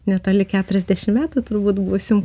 netoli keturiasdešim metų turbūt būsim